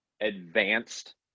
advanced